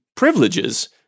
privileges